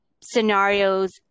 scenarios